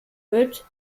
wird